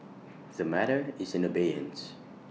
the matter is in abeyance